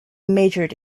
majored